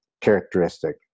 characteristic